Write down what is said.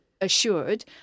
assured